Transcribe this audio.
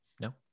No